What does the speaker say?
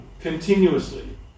continuously